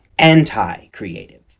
Anti-creative